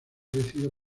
crecido